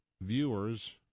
viewers